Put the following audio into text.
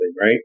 right